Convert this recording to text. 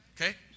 Okay